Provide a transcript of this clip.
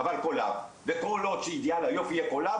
אבל 'קולב' וכל עוד שאידיאל היופי יהיה 'קולב',